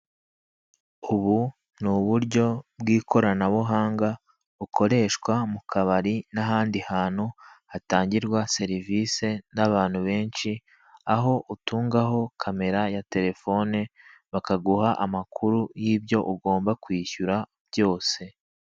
Ubu ni uburyo bw'ikoranabuhanga bukoreshwa mu kabari n'ahandi hantu hatangirwa serivise n'abantu benshi aho utungaho kamera ya telefone bakaguha amakuru yibyo ugomba kwishyura byose.